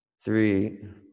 three